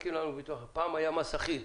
פעם היה מס אחיד.